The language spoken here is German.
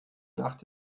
nacht